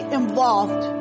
involved